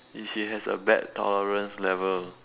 and she has a bad tolerance level